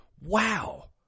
wow